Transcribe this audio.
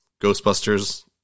Ghostbusters